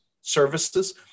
services